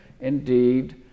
indeed